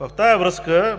В тази връзка